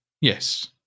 Yes